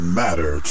matter